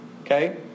okay